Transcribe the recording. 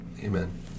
Amen